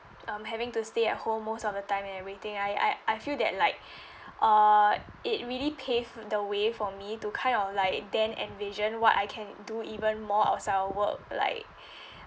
um having to stay at home most of the time and everything I I I feel that like uh it really pave the way for me to kind of like then envision what I can do even more outside of work like